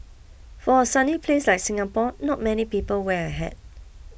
for a sunny place like Singapore not many people wear a hat